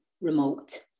remote